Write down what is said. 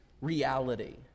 reality